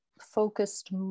focused